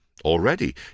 Already